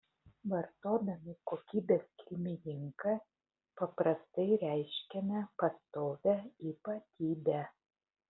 vartodami kokybės kilmininką paprastai reiškiame pastovią ypatybę